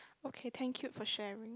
okay thank you for sharing